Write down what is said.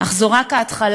אך זו רק ההתחלה,